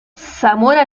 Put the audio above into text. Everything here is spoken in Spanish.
zamora